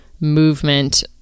movement